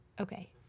Okay